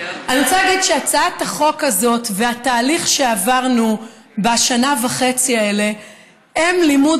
אני רוצה להגיד שהצעת החוק והתהליך שעברנו בשנה וחצי האלה הם לימוד